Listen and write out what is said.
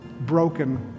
broken